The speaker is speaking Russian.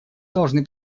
должны